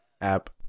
app